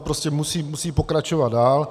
Prostě musí pokračovat dál.